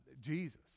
Jesus